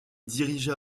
dirigea